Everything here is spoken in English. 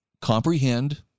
comprehend